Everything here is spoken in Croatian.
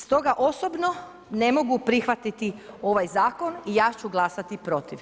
Stoga osobno ne mogu prihvatiti ovaj zakon i ja ću glasati protiv.